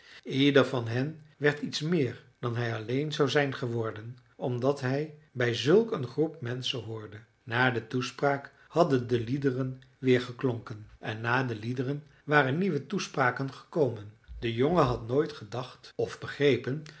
ieder van hen werd iets meer dan hij alleen zou zijn geworden omdat hij bij zulk een groep menschen hoorde na de toespraak hadden de liederen weer geklonken en na de liederen waren nieuwe toespraken gekomen de jongen had nooit gedacht of begrepen